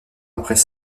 après